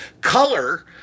color